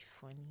funny